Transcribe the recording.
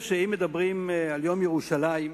אם מדברים על יום ירושלים,